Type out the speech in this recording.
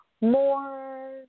more